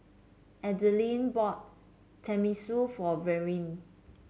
Adilene bought Tenmusu for Verlyn